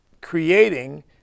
creating